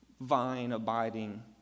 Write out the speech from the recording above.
vine-abiding